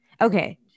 Okay